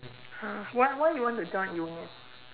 uh why why you want to join union